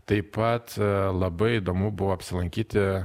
taip pat labai įdomu buvo apsilankyti